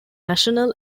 national